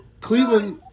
Cleveland